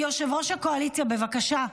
יושב-ראש הקואליציה, בבקשה,